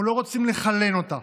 אנחנו לא רוצים לחלן אותה,